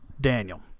daniel